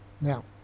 Now